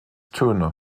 töne